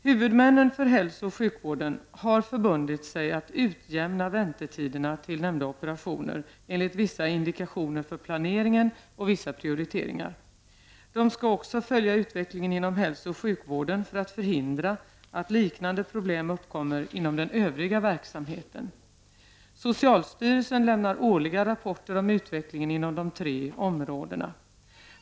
Huvudmännen för hälsooch sjukvården har förbundit sig att utjämna väntetiderna till nämnda operationer enligt vissa indikationer för planeringen och vissa prioriteringar. De skall också följa utvecklingen inom hälsooch sjukvården för att förhindra att liknande problem uppkommer inom den övriga verksamheten. Socialstyrelsen lämnar årliga rapporter om utvecklingen inom de tre områdena.